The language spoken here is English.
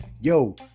yo